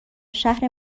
شهر